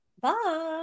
bye